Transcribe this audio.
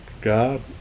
God